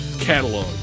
catalog